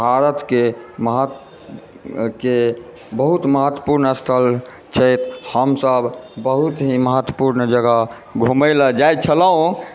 भारतके महत्वके बहुत महत्वपूर्ण स्थल छै हमसभ बहुत ही महत्वपूर्ण जगह घुमयलऽ जाइ छलहुँ